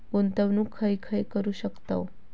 गुंतवणूक खय खय करू शकतव?